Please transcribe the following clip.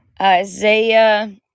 Isaiah